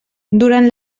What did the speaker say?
durant